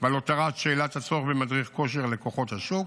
ועל הותרת שאלת הצורך במדריך כושר לכוחות השוק,